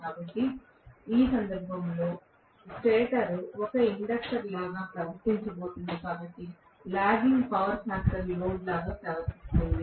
కాబట్టి ఈ సందర్భంలో స్టేటర్ ఒక ఇండక్టర్ లాగా ప్రవర్తించబోతోంది కాబట్టి లాగింగ్ పవర్ ఫ్యాక్టర్ లోడ్ లాగా ప్రవర్తిస్తుంది